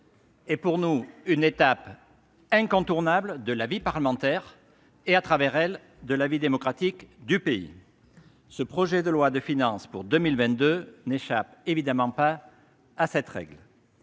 est pour nous une étape incontournable de la vie parlementaire et, à travers elle, de la vie démocratique du pays. Ce projet de loi de finances pour 2022 n'échappe évidemment pas à cette règle.